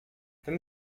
ten